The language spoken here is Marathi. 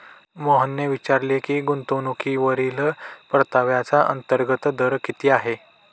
मोहनने विचारले की गुंतवणूकीवरील परताव्याचा अंतर्गत दर किती आहे?